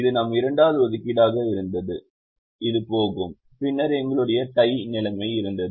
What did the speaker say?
இது நம் இரண்டாவது ஒதுக்கீடாக இருந்தது இது போகும் பின்னர் எங்களுக்கு டை நிலைமை இருந்தது